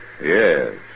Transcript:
Yes